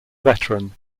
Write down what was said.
veteran